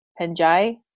Penjai